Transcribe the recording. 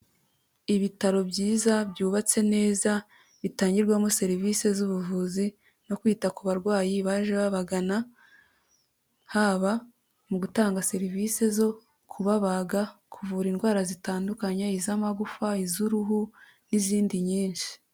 Ibitaro byiza byubatse neza bitangirwamo serivise z'ubuvuzi no kwita ku barwayi baje babagana, haba mu gutanga serivise zo kubabaga, kuvura indwara zitandukanye iz'amagufa, iz'uruhu n'izindi nyinshi.